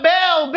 Bell